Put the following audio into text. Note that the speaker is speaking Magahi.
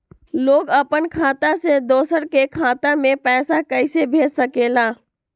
लोग अपन खाता से दोसर के खाता में पैसा कइसे भेज सकेला?